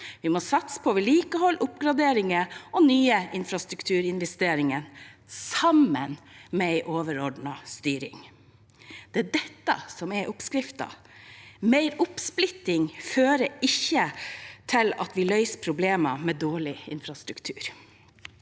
Vi må satse på vedlikehold, oppgraderinger og nye infrastrukturinvesteringer, sammen med en overordnet styring. Det er dette som er oppskriften. Mer oppsplitting fører ikke til at vi løser problemene med dårlig infrastruktur.